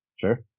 Sure